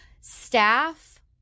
Staff